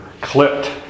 Clipped